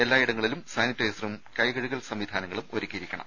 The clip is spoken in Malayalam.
എല്ലായിടങ്ങളിലും സാനിറ്റൈസറും കൈകഴുകൽ സംവിധാനങ്ങളും ഒരുക്കിയിരിക്കണം